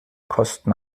kosten